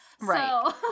right